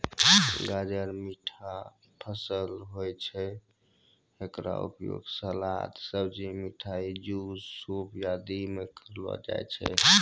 गाजर मीठा फसल होय छै, हेकरो उपयोग सलाद, सब्जी, मिठाई, जूस, सूप आदि मॅ करलो जाय छै